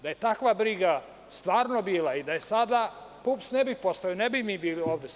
Da je takva briga stvarno bila i da je sada, PUPS ne bi postojao, ne bi mi bili ovde sada.